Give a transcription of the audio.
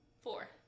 four